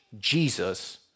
Jesus